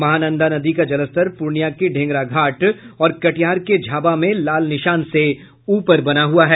महानंदा नदी का जलस्तर पूर्णिया के ढेंगराघाटा और कटिहार के झाबा में लाल निशान से ऊपर बना हुआ है